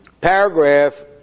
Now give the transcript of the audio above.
paragraph